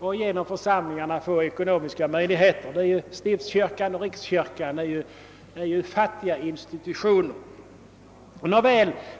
och genom församlingarna få ekonomiska möjligheter att arbeta. Stiftskyrkan och rikskyrkan är ju fattiga institutioner.